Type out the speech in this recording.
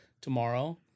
tomorrow